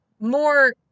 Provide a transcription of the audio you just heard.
more